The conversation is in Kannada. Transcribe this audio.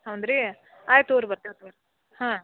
ಹೌದ್ ರೀ ಆಯ್ತು ತೊಗೊರಿ ಬರ್ತೇವೆ ತೊಗೊರಿ ಹಾಂ